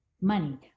money